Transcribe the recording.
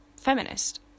feminist